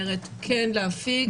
היא אומרת: כן להפיק?